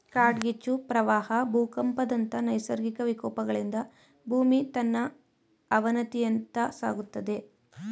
ಕಾಡ್ಗಿಚ್ಚು, ಪ್ರವಾಹ ಭೂಕಂಪದಂತ ನೈಸರ್ಗಿಕ ವಿಕೋಪಗಳಿಂದ ಭೂಮಿ ತನ್ನ ಅವನತಿಯತ್ತ ಸಾಗುತ್ತಿದೆ